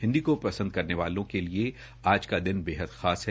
हिन्दी को पंसद करने वालों के लिए आज का दिन बेहद खास है